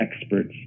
experts